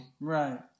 Right